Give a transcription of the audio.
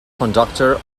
conductor